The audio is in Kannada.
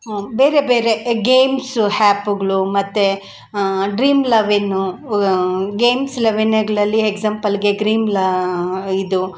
ಬೇರೆ ಬೇರೆ ಎ ಗೇಮ್ಸು ಹ್ಯಾಪುಗಳು ಮತ್ತು ಡ್ರೀಮ್ ಲವೆನು ಗೇಮ್ಸ್ ಲೆವೆನಗಳಲ್ಲಿ ಎಕ್ಸಾಂಪಲ್ಗೆ ಗ್ರೀನ್ ಲಾ ಇದು